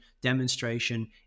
demonstration